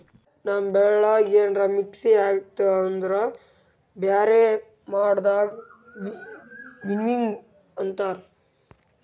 ನಮ್ ಬೆಳ್ಯಾಗ ಏನ್ರ ಮಿಕ್ಸ್ ಆಗಿತ್ತು ಅಂದುರ್ ಬ್ಯಾರೆ ಮಾಡದಕ್ ವಿನ್ನೋವಿಂಗ್ ಅಂತಾರ್